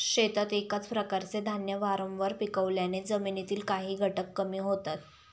शेतात एकाच प्रकारचे धान्य वारंवार पिकवल्याने जमिनीतील काही घटक कमी होतात